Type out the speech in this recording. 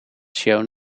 shown